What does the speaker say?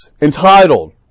entitled